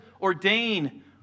ordain